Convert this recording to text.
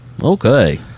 okay